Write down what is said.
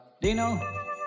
Dino